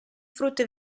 frutta